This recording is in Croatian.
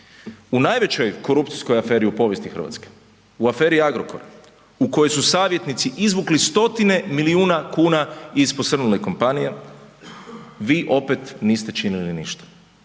U najvećoj korupcijskoj aferi u Hrvatskoj, u aferi Agrokora u kojoj su savjetnici izvukli stotine miliona kuna iz posrnule kompanije vi opet niste činili ništa,